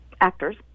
actors